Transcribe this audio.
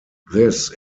this